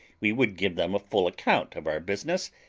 we would give them a full account of our business,